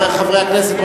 חברי הכנסת,